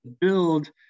build